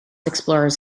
explorers